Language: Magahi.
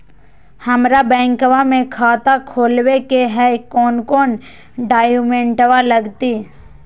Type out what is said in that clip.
हमरा बैंकवा मे खाता खोलाबे के हई कौन कौन डॉक्यूमेंटवा लगती?